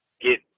get